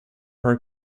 her